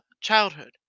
childhood